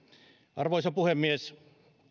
arvoisa puhemies